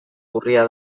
urria